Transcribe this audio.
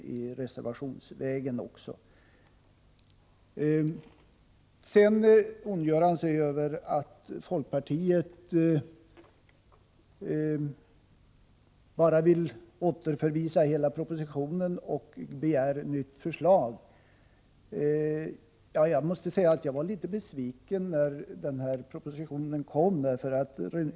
Vidare ondgör sig Rune Johansson över att folkpartiet vill återförvisa hela propositionen och begär ett nytt förslag. Jag måste säga att jag blev litet besviken när propositionen kom.